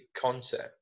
concept